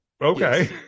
okay